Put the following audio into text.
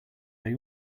they